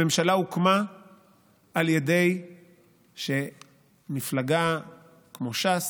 הממשלה הוקמה על ידי מפלגה כמו ש"ס,